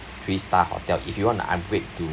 three star hotel if you want to upgrade to